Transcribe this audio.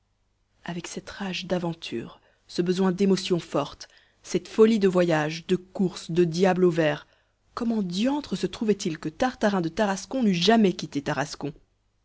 avec cette rage d'aventures ce besoin d'émotions fortes cette folie de voyages de courses de diable au vert comment diantre se trouvait-il que tartarin de tarascon n'eût jamais quitté tarascon